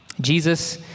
Jesus